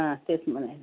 हा तेच म्हण